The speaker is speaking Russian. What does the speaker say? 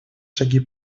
шаги